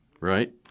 right